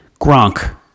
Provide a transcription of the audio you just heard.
gronk